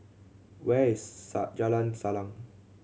where is Jalan Salang